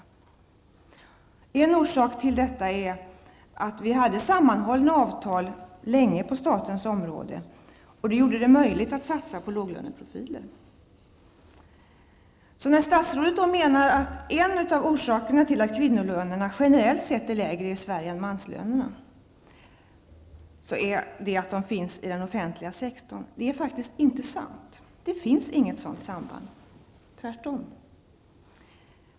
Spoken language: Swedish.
En orsak är att vi på statens område länge hade sammanhållna avtal. Det gjorde det möjligt att satsa på låglöneprofiler. Statsrådet menar att en av orsakerna till att kvinnolönerna generellt är lägre än manslönerna i Sverige är att kvinnorna finns i den offentliga sektorn. Det är faktiskt inte sant. Det finns inget sådant samband -- tvärtom.